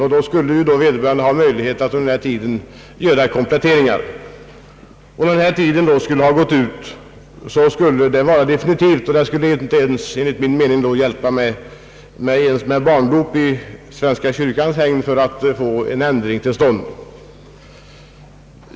Vederbörande skulle då ha möjlighet att göra kompletteringar under tiden. Därefter skulle det enligt min mening inte ens hjälpa med barndop i svenska kyrkans hägn för att få en ändring till stånd.